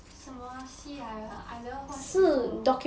什么戏来的 I never watch before